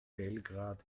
belgrad